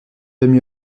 demi